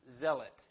zealot